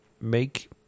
make